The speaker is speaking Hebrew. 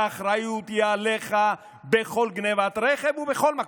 האחריות היא עליך בכל גנבת רכב ובכל מקום.